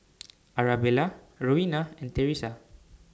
Arabella Rowena and Theresa